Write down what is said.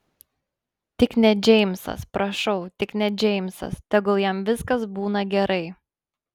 tik ne džeimsas prašau tik ne džeimsas tegul jam viskas būna gerai